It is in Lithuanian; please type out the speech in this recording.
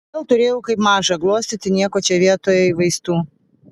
vėl turėjau kaip mažą glostyti nieko čia vietoj vaistų